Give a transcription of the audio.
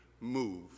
MOVE